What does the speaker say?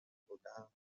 بودم